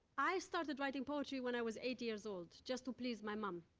i started writing poetry when i was eight years old, just to please my mom.